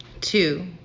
two